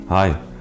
Hi